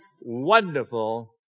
wonderful